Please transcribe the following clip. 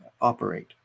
operate